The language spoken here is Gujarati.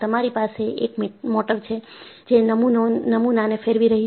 તમારી પાસે એક મોટર છે જે નમુનાને ફેરવી રહી છે